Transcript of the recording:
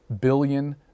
billion